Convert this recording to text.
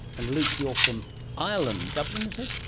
and luke, you're from ireland. dublin, is it?